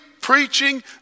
preaching